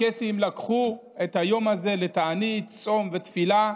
הקייסים לקחו את היום הזה לתענית, צום ותפילה,